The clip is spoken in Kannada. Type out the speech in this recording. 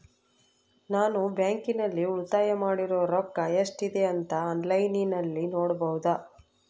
ನಾನು ಬ್ಯಾಂಕಿನಲ್ಲಿ ಉಳಿತಾಯ ಮಾಡಿರೋ ರೊಕ್ಕ ಎಷ್ಟಿದೆ ಅಂತಾ ಆನ್ಲೈನಿನಲ್ಲಿ ನೋಡಬಹುದಾ?